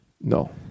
no